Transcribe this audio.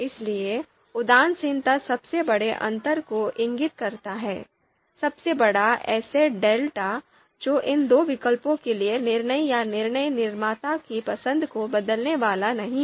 इसलिए उदासीनता सबसे बड़े अंतर को इंगित करता है सबसे बड़ा ऐसा डेल्टा जो इन दो विकल्पों के लिए निर्णय या निर्णय निर्माता की पसंद को बदलने वाला नहीं है